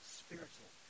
spiritual